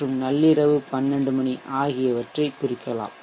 மற்றும் நள்ளிரவு 1200 மணி ஆகியவற்றை குறிக்கலாம்